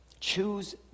Choose